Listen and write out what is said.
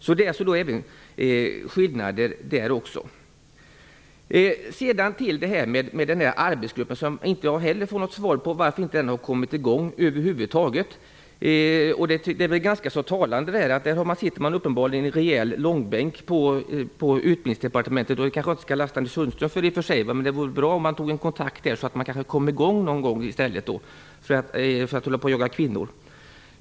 Det finns alltså skillnader där också. Jag får inte heller något svar på frågan om varför arbetsgruppen inte har kommit i gång. Det är ganska talande. Man sitter uppenbarligen i rejäl långbänk på Utbildningsdepartementet, och det skall jag kanske i och för sig inte lasta Anders Sundström för. Det vore bra om man tog en kontakt så att arbetet kommer i gång någon gång, i stället för att hålla på att jaga kvinnor.